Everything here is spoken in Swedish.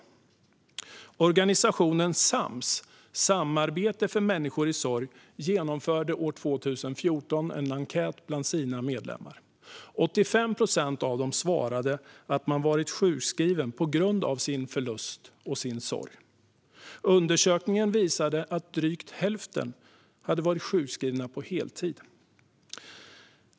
Organisationen Sams, Samarbete för människor i sorg, genomförde 2014 en enkät bland sina medlemmar. 85 procent svarade att man varit sjukskriven på grund av sin förlust och sorg. Undersökningen visade att drygt hälften varit sjukskrivna på heltid.